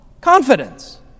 confidence